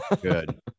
good